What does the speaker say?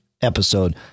episode